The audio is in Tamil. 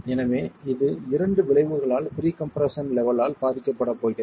எனவே இது இரண்டு விளைவுகளால் ப்ரீகம்ப்ரஷன் லெவல் ஆல் பாதிக்கப்படப் போகிறது